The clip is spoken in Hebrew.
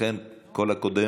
לכן, כל הקודם